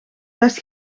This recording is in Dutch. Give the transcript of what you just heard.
best